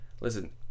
listen